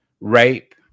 rape